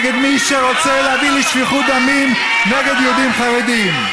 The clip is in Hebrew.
נגד מי שרוצה להביא לשפיכות דמים נגד יהודים חרדים.